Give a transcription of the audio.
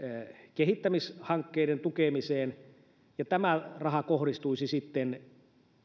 kehittämishankkeiden tukemiseen ja tämä raha kohdistuisi sitten